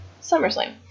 SummerSlam